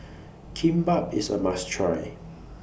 Kimbap IS A must Try